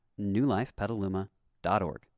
newlifepetaluma.org